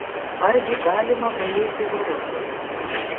argi galima gailėti grožiui